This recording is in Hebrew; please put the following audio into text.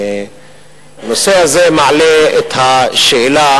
הנושא הזה מעלה את השאלה